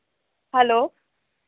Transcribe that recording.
hello